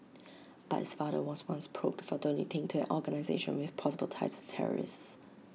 but his father was once probed for donating to an organisation with possible ties to terrorists